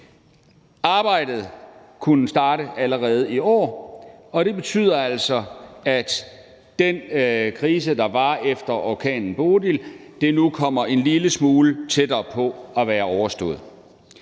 Arbejdet kunne starte allerede i år, og det betyder altså, at den krise, der var efter orkanen Bodil, nu kommer en lille smule tættere på at være overstået.